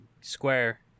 square